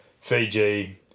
Fiji